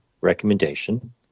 recommendation